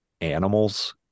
animals